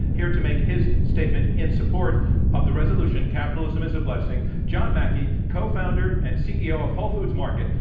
here to make his statement in support of the resolution capitalism is a blessing, john mackey, co-founder and ceo of whole foods market.